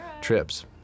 trips